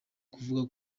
kuvuga